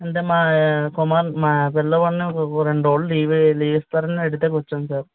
అంటే మా కుమార్ మా పిల్లవాడిని ఒక రెండు రోజులు లీవ్ లీవ్ ఇస్తారని అడగటానికి వచ్చాను సార్